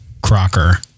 Crocker